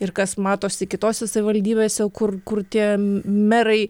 ir kas matosi kitose savivaldybėse kur kur tie merai